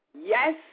Yes